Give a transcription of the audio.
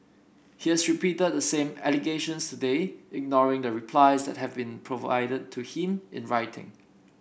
he has repeated the same allegations today ignoring the replies that have been provided to him in writing